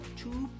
two